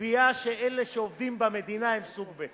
קביעה שאלה שעובדים במדינה הם סוג ב'.